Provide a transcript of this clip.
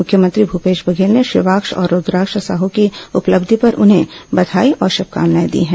मुख्यमंत्री भूपेश बधेल ने शिवाक्ष और रूद्राक्ष साहू की उपलब्धि पर उन्हें बधाई और शुभकामनाएं दी हैं